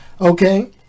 Okay